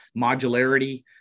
Modularity